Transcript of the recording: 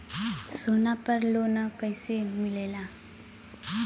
सोना पर loan कइसे मिलेला?